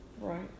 Right